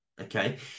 okay